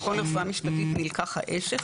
במכון לרפואה משפטית נלקח האשך,